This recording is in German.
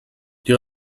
die